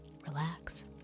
relax